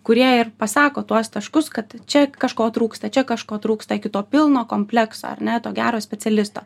kurie ir pasako tuos taškus kad čia kažko trūksta čia kažko trūksta iki to pilno komplekso ar ne to gero specialisto